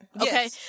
okay